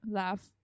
laugh